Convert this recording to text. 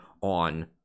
on